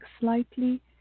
slightly